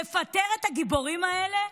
לפטר את הגיבורים האלה?